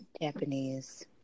Japanese